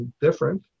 different